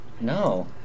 no